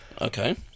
Okay